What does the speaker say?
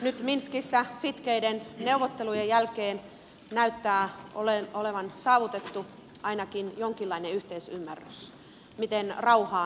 nyt minskissä sitkeiden neuvottelujen jälkeen näyttää olevan saavutettu ainakin jonkinlainen yhteisymmärrys siitä miten rauhaan päästään